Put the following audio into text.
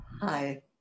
Hi